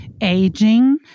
aging